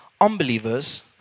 unbelievers